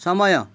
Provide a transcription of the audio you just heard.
ସମୟ